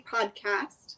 Podcast